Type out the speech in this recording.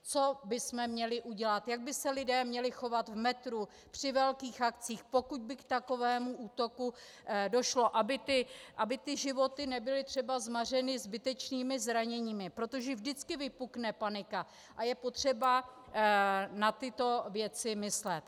Co bychom měli udělat, jak by se lidé měli chovat v metru, při velkých akcích, pokud by k takovému útoku došlo, aby ty životy nebyly třeba zmařeny zbytečnými zraněními, protože vždycky vypukne panika a je potřeba na tyto věci myslet.